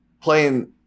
playing